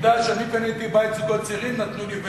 שתדע שאני קניתי בית לזוגות צעירים, נתנו לי וספה.